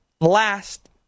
last